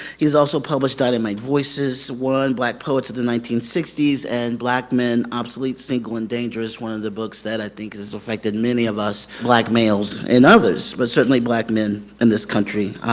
he's also published died in my voices won black poets of the nineteen sixty s and black men obsolete, single, and dangerous one of the books that i think has affected many of us black males, and others, but certainly black men in this country.